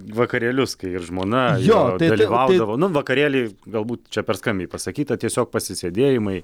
vakarėlius kai ir žmona jo dalyvaudavo nu vakarėliai galbūt čia per skambiai pasakyta tiesiog pasisėdėjimai